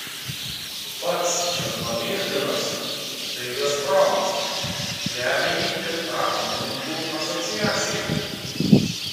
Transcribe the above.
pats černomyrdinas tai gazpromas remia jį ir pramonininkų asociacija